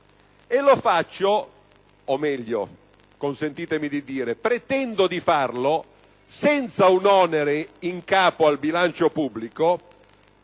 e lo faccio, o meglio - consentitemi di dirlo - pretendo di farlo, senza un onere in capo al bilancio pubblico